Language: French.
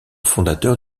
fondateur